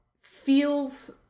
feels